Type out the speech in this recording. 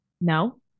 No